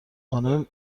خانه